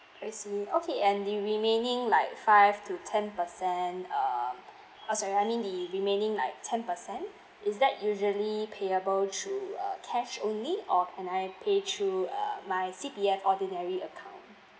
I see okay and the remaining like five to ten percent um uh sorry I mean the remaining like ten percent is that usually payable through uh cash only or can I pay through uh my C_P_F ordinary account